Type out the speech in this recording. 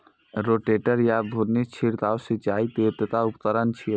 rotator या घुर्णी छिड़काव सिंचाइ के एकटा उपकरण छियै